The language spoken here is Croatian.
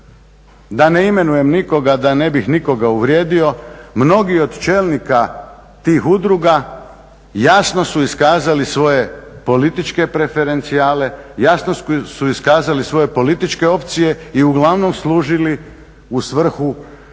Da ne imenujem nikoga da ne bih nikoga uvrijedio mnogi od čelnika tih udruga jasno su iskazali svoje političke preferencijale, jasno su iskazali svoje političke opcije i uglavnom služili u svrhu